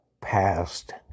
past